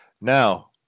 Now